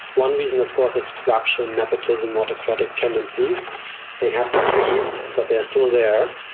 one reason of course is corruption, nepotism, autocratic tendencies they have decreased but they're still there.